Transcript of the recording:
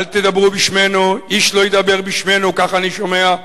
אל תדברו בשמנו, איש לא ידבר בשמנו, ככה אני שומע.